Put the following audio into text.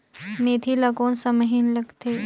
मेंथी ला कोन सा महीन लगथे?